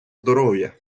здоров’я